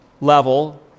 level